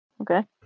Okay